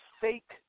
fake